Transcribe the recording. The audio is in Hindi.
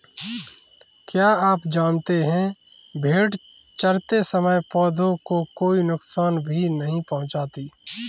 क्या आप जानते है भेड़ चरते समय पौधों को कोई नुकसान भी नहीं पहुँचाती